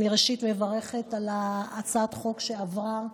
ראשית, אני מברכת על הצעת החוק שעברה,